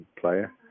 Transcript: player